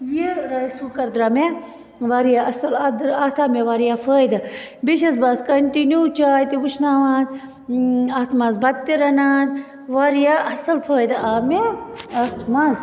یہِ rice cooker درٛاو مےٚ واریاہ اصٕل اَتھ در اَتھ آو مےٚ واریاہ فٲیدٕ بیٚیہِ چھَس بہٕ اَز کَنٹِنیو چاے تہِ وُشناوان اتھ اَتھ مَنٛز بَتہٕ تہِ رَنان واریاہ اصٕل فٲیدٕ آو مےٚ اتھ مَنٛز